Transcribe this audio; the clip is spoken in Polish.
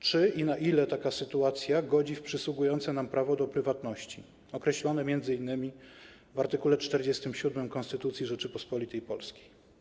Czy i na ile taka sytuacja godzi w przysługujące nam prawo do prywatności, określone m.in. w art. 47 Konstytucji Rzeczypospolitej Polskiej?